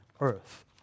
earth